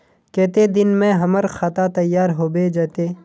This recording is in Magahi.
केते दिन में हमर खाता तैयार होबे जते?